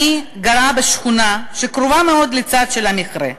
אני גרה בשכונה קרובה מאוד לצד של המכרה.